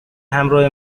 همراه